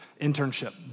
internship